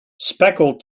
speckled